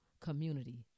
community